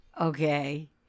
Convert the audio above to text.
okay